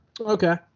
Okay